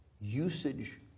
Usage